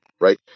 right